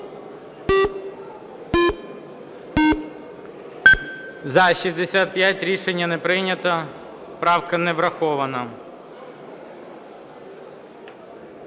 За-65 Рішення не прийнято. Правка не врахована.